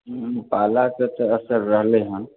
पालाके तऽ असर रहलै हन